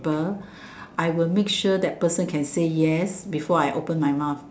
~ple I would make sure that person can say yes before I open my mouth